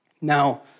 Now